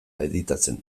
editatzen